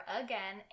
again